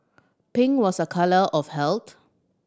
pink was a colour of health